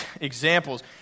examples